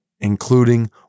including